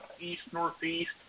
east-northeast